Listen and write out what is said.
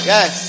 Yes